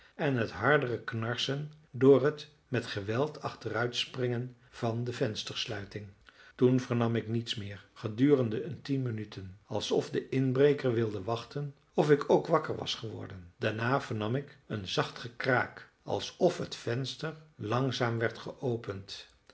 en het hardere knarsen door het met geweld achteruitspringen van de venstersluiting toen vernam ik niets meer gedurende een tien minuten alsof de inbreker wilde wachten of ik ook wakker was geworden daarna vernam ik een zacht gekraak alsof het venster langzaam werd geopend